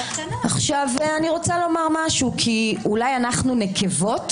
אולי אנחנו נקבות,